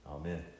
Amen